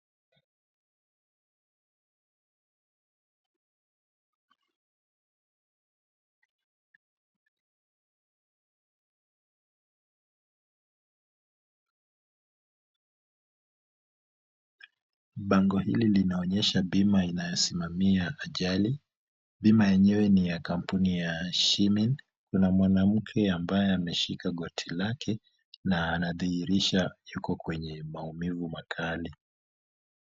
Bango hili linaonyesha bima inayosimamia ajali. Bima yenyewe ni ya kampuni ya Shimin . Kuna mwanamke aliye shika goti lake na inadhihirisha yuko kwenye maumivu makali.